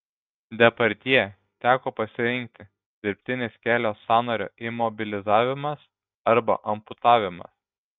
depardjė teko pasirinkti dirbtinis kelio sąnario imobilizavimas arba amputavimas